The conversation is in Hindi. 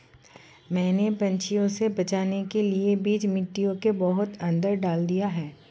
मैंने पंछियों से बचाने के लिए बीज मिट्टी के बहुत अंदर डाल दिए हैं